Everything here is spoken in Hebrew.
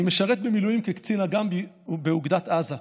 אני משרת במילואים כקצין אג"ם באוגדת עזה.